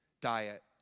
diet